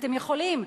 אתם יכולים,